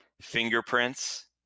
fingerprints